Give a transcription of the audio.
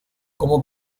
como